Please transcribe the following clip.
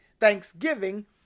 thanksgiving